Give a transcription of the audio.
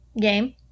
game